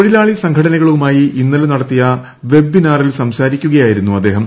തൊഴിലാളി സംഘടനകളുമായി ഇന്നലെ നടത്തിയ വെബ്ബിനാറിൽ സംസാരിക്കുകയായിരുന്നു അദ്ദേഹം